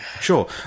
Sure